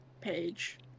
page